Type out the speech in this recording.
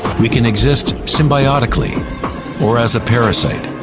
we can exist symbiotically or as a parasite.